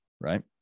right